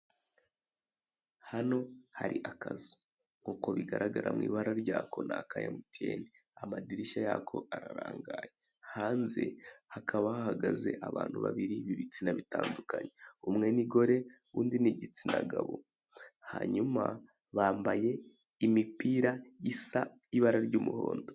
Hano hari akazu uko bigaragara mu ibara ry'ako ni aka MTN amadirishya yako ararangaye hanze hakaba hahagaze abantu babiri b'ibitsina bitandukanye umwe ni gore undi n'igitsina gabo hanyuma bambaye imipira Isa ibara ry'umuhondo